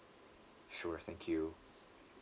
sure thank you